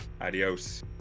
adios